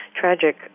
tragic